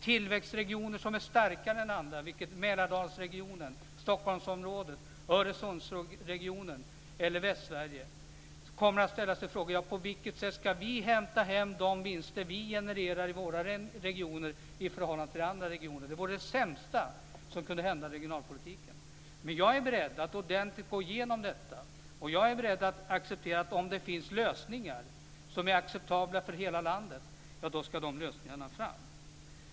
Tillväxtregioner som är starkare än andra - Mälardalsregionen, Stockholmsområdet, Öresundsregionen eller Västsverige - kommer då att ställa sig frågan: På vilket sätt ska vi hämta hem vinster vi genererar i våra regioner i förhållande till andra regioner. Det vore det sämsta som kunde hända regionalpolitiken. Jag är beredd att ordentligt gå igenom detta. Om det finns lösningar som är acceptabla för hela landet ska de lösningarna fram.